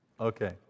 Okay